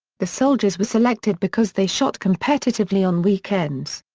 the soldiers were selected because they shot competitively on weekends.